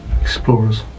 Explorers